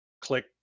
click